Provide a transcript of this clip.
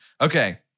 Okay